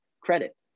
credit